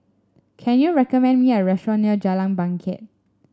can you recommend me a restaurant near Jalan Bangket